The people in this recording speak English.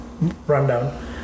rundown